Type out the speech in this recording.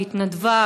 היא התנדבה,